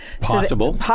possible